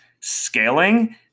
scaling